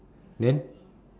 then